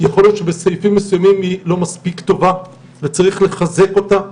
יכול להיות שבסעיפים מסוימים היא לא מספיק טובה וצריך לחזק אותה.